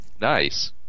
Nice